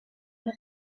una